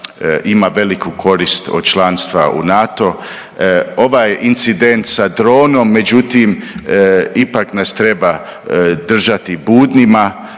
ima veliku korist od članstva u NATO-u. Ovaj incident sa dronom međutim ipak nas treba držati budnima.